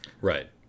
Right